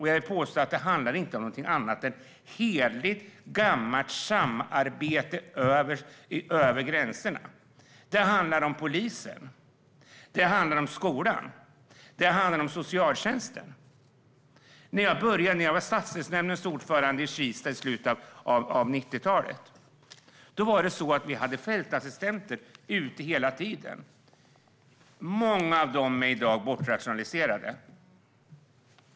Jag menar att det handlar om hederligt gammalt samarbete över gränserna. Det handlar om polisen, skolan och socialtjänsten. När jag var stadsdelsnämndens ordförande i Kista i slutet av 90-talet hade vi fältassistenter ute hela tiden. Många av dem är i dag bortrationaliserade.